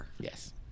Yes